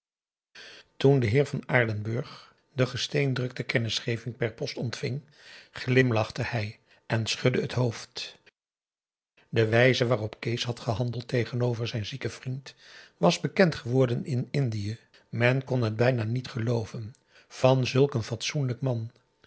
toen de heer van aardenburg de gesteendrukte kennisgeving per post ontving glimlachte hij en schudde het hoofd de wijze waarop kees had gehandeld tegenover zijn zieken vriend was bekend geworden in indië men kon het bijna niet gelooven van zulk een fatsoenlijk man